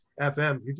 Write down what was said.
FM